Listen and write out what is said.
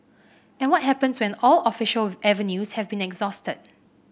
and what happens when all official avenues have been exhausted